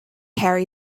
carry